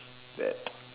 that